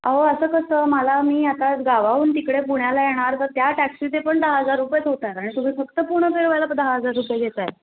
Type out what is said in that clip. अहो असं कसं मला मी आता गावाहून तिकडे पुण्याला येणार तर त्या टॅक्सीचे पण दहा हजार रुपयेच होत आहेत आणि तुम्ही फक्त पुणं फिरवायला दहा हजार रुपये घेत आहे